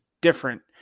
different